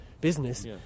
business